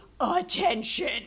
attention